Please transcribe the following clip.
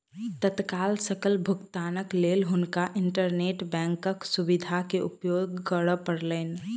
तत्काल सकल भुगतानक लेल हुनका इंटरनेट बैंकक सुविधा के उपयोग करअ पड़लैन